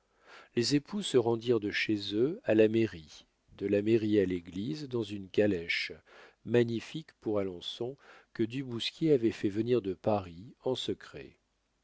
les époux se rendirent de chez eux à la mairie de la mairie à l'église dans une calèche magnifique pour alençon que du bousquier avait fait venir de paris en secret